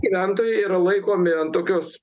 gyventojai yra laikomi an tokios